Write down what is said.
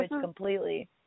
completely